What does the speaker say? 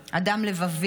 אדם לבבי,